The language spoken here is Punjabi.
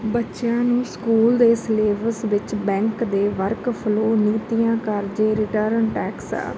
ਬੱਚਿਆਂ ਨੂੰ ਸਕੂਲ ਦੇ ਸਿਲੇਬਸ ਵਿੱਚ ਬੈਂਕ ਦੇ ਵਰਕਫਲੋ ਨੀਤੀਆਂ ਕਰਜ਼ੇ ਰਿਟਰਨ ਟੈਕਸ